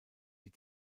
die